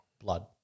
blood